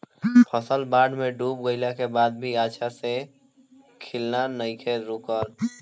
फसल बाढ़ में डूब गइला के बाद भी अच्छा से खिलना नइखे रुकल